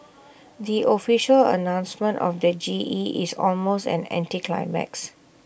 the official announcement of the G E is almost an anticlimax